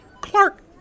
Clark